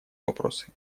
вопросы